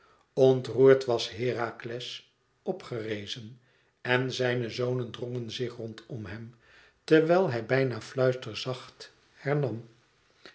ontroerd was herakles op gerezen en zijne zonen drongen zich rondom hem terwijl hij bijna fluisterzacht hernam